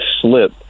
slip